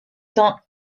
temps